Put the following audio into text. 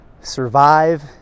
survive